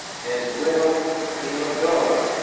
his widow theodora,